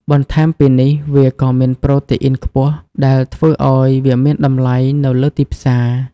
បន្ថែមពីនេះវាក៏មានប្រូតេអ៊ីនខ្ពស់ដែលធ្វើឲ្យវាមានតម្លៃនៅលើទីផ្សារ។